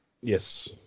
Yes